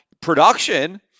production